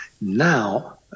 now